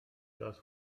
das